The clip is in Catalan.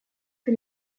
que